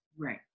Right